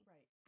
Right